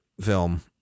film